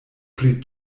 pri